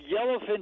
yellowfin